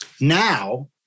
Now